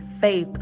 faith